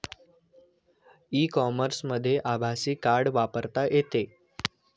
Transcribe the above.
E कॉमर्समध्ये आभासी card वापरता येते